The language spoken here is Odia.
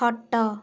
ଖଟ